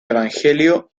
evangelio